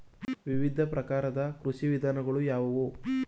ವಿವಿಧ ಪ್ರಕಾರದ ಕೃಷಿ ವಿಧಾನಗಳು ಯಾವುವು?